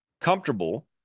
comfortable